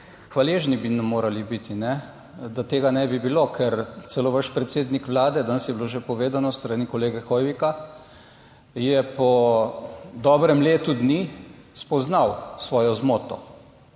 Hvaležni bi nam morali biti, da tega ne bi bilo, ker celo vaš predsednik Vlade, danes je bilo že povedano s strani kolega Hoivika, je po dobrem letu dni spoznal svojo zmoto.